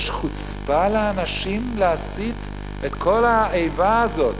יש חוצפה לאנשים להסיט את כל האיבה הזאת